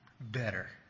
Better